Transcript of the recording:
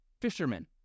fisherman